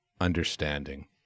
understanding